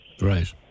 Right